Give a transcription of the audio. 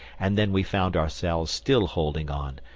and then we found ourselves still holding on,